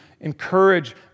encourage